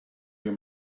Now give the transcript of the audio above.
you